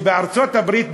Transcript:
בארצות-הברית,